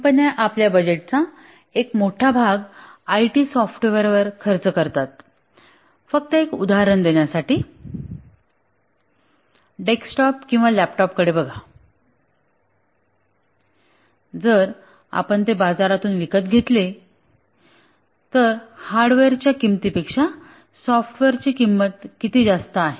कंपन्या आपल्या बजेटचा एक मोठा भाग आयटीवर सॉफ्टवेअरवर खर्च करतात फक्त एक उदाहरण देण्यासाठी डेस्कटॉप किंवा लॅपटॉपकडे बघा जर आपण ते बाजारातून विकत घेतले असेल तर हार्डवेअरच्या किंमतीपेक्षा सॉफ्टवेअरची किंमत किती जास्त आहे